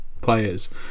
players